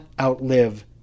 outlive